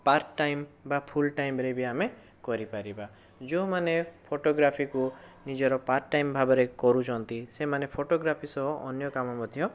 part time ବା full ଟାଇମରେ ବି ଆମେ କରିପାରିବା ଯେଉଁମାନେ ଫଟୋଗ୍ରାଫିକୁ ନିଜର ପାର୍ଟ ଟାଇମ ଭାବରେ କରୁଛନ୍ତି ସେମାନେ ଫଟୋଗ୍ରାଫି ସହ ଅନ୍ୟ କାମ ମଧ୍ୟ